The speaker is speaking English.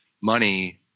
money